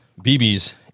BBs